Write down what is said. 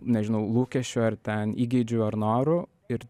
nežinau lūkesčių ar ten įgeidžių ar norų ir